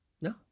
No